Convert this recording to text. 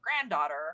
granddaughter